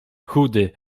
chudy